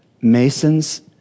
Masons